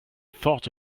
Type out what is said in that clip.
thought